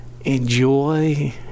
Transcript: Enjoy